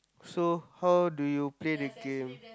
so how do you play the game